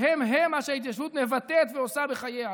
והם מה שההתיישבות מבטאת ועושה בחייה.